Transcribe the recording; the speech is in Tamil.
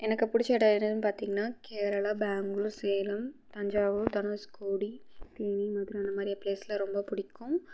எனக்கு பிடிச்ச இடம் எதுன்னு பார்த்திங்ன்னா கேரளா பெங்ளூர் சேலம் தஞ்சாவூர் தனுஷ்கோடி அந்த மாதிரி பிளேஸ்லாம் ரொம்ப புடிக்கும்